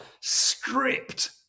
Stripped